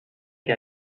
que